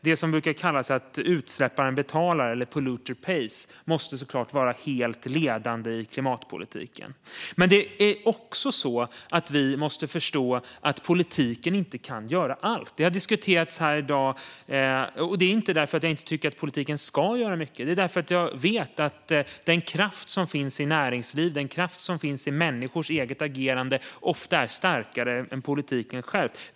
Det som kallas att utsläpparen betalar, polluter pays, måste såklart vara helt ledande i klimatpolitiken. Men vi måste också förstå att politiken inte kan göra allt, inte därför att jag inte tycker att politiken ska göra mycket utan därför att jag vet att den kraft som finns i näringslivet och i människors eget agerande ofta är starkare än politiken.